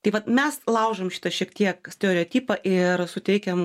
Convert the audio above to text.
tai vat mes laužom šitą šiek tiek stereotipą ir suteikiam